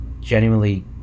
genuinely